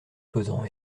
pesant